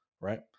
right